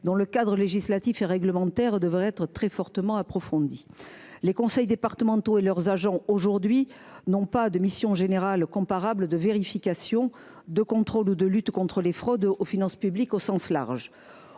dont le cadre législatif et réglementaire devrait faire l’objet d’un examen très approfondi. Les conseils départementaux et leurs agents n’ont pas, à ce jour, de mission générale comparable de vérification, de contrôle ou de lutte contre la fraude aux finances publiques au sens large.